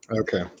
Okay